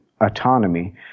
autonomy